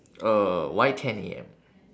uh why ten A_M